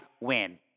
win